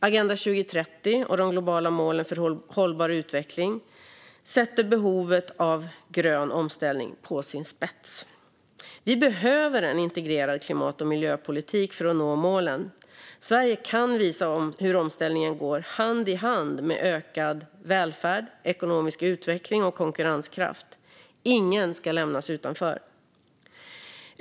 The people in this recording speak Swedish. Agenda 2030 och de globala målen för hållbar utveckling ställer behovet av grön omställning på sin spets. Vi behöver en integrerad klimat och miljöpolitik för att nå målen. Sverige kan visa hur omställningen går hand i hand med ökad välfärd, ekonomisk utveckling och konkurrenskraft. Ingen ska lämnas utanför.